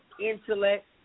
intellect